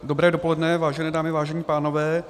Dobré dopoledne, vážené dámy, vážení pánové.